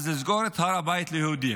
אז לסגור את הר הבית ליהודים.